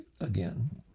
again